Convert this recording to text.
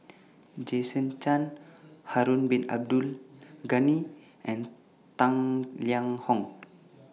Jason Chan Harun Bin Abdul Ghani and Tang Liang Hong